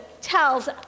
tells